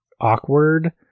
awkward